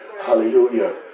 hallelujah